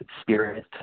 spirit